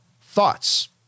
thoughts